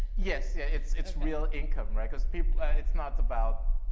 yes, yeah, it's it's real income, right? because people, it's not about,